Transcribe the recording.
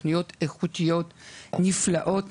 מדובר בתוכניות איכותיות ונפלאות,